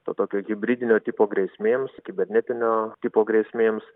to tokio hibridinio tipo grėsmėms kibernetinio tipo grėsmėms